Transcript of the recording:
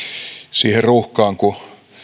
siihen ruuhkaan kun